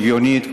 שוויונית,